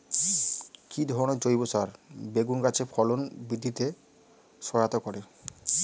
কি ধরনের জৈব সার বেগুন গাছে ফলন বৃদ্ধিতে সহায়তা করে?